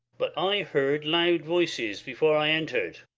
but i heard loud voices before i entered.